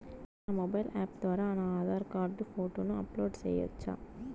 నా mobile app ద్వారా నా ఆధార్ కార్డు ఫోటోను అప్లోడ్ సేయొచ్చా?